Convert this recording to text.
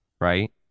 right